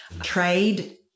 Trade